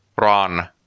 run